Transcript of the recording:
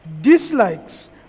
dislikes